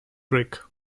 brig